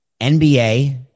NBA